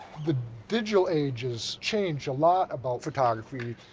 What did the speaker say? the digital age has changed a lot about photography.